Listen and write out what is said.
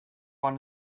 one